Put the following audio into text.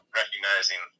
recognizing